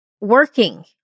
working